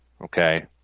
okay